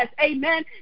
Amen